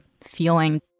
feeling